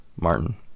Martin